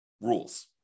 rules